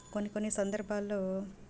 కొన్ని కొన్ని సందర్భాల్లో